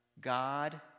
God